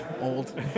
old